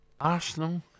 Arsenal